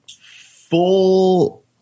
full –